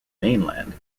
mainland